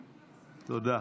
תודה.